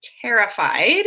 terrified